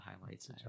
highlights